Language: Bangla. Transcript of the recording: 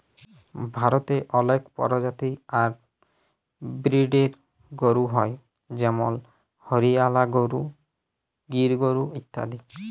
ভারতে অলেক পরজাতি আর ব্রিডের গরু হ্য় যেমল হরিয়ালা গরু, গির গরু ইত্যাদি